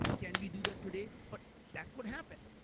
can we do that today? but that could happen.